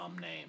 name